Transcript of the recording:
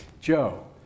Joe